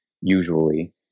usually